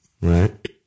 Right